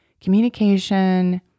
Communication